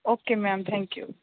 okay ma'am thank you